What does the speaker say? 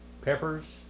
peppers